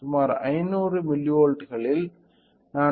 சுமார் 500 மில்லிவோல்ட்களில் நான் 4